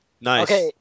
Nice